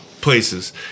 places